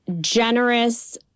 generous